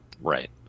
Right